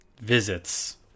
visits